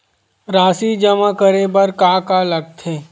राशि जमा करे बर का का लगथे?